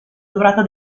durata